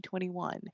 2021